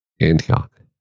Antioch